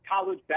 college